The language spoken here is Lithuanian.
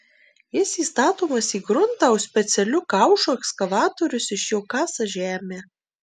jis įstatomas į gruntą o specialiu kaušu ekskavatorius iš jo kasa žemę